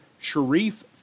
Sharif